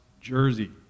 jersey